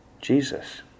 Jesus